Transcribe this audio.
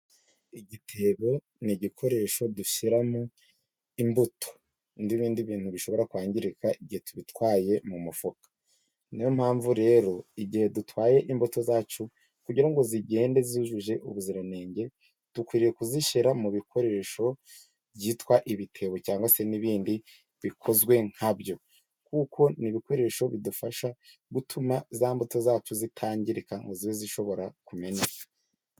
Igitebo ni igikoresho dushyiramo imbuto n'ibindi bintu bishobora kwangirika igihe tubitwaye mu mufuka, n'iyo mpamvu rero igihe dutwaye imbuto zacu kugira ngo zigende zujuje ubuziranenge, dukwiriye kuzishyira mu bikoresho byitwa ibitebo cyangwa se n'ibindi bikozwe nka byo, kuko ni ibikoresho bidufasha gutuma za mbuto zacu zitangirika ngo zibe zishobora kumeneka.